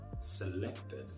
selected